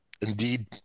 indeed